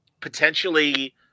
potentially –